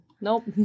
nope